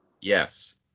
Yes